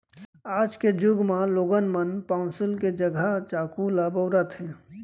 आज के जुग म लोगन मन पौंसुल के जघा चाकू ल बउरत हें